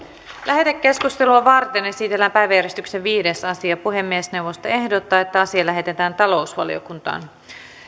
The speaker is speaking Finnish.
lähetekeskustelua varten esitellään päiväjärjestyksen viides asia puhemiesneuvosto ehdottaa että asia lähetetään talousvaliokuntaan